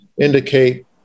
indicate